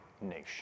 nation